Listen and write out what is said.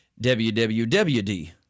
wwwd